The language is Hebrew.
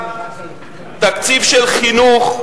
תקציב של חינוך,